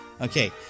Okay